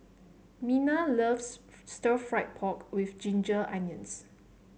Minna loves stir fry pork with Ginger Onions